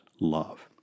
love